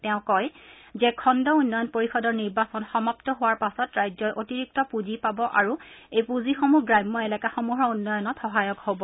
তেওঁ কয় যে খণ্ড উন্নয়ন পৰিষদৰ নিৰ্বাচন সমাপ্ত হোৱাৰ পাছত ৰাজ্যই অতিৰিক্ত পূঁজি পাব আৰু এই পুঁজিসমূহ গ্ৰাম্য এলেকাসমূহৰ উন্নয়নত সহায়ক হ'ব